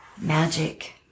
magic